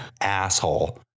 asshole